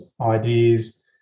ideas